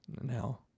now